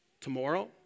tomorrow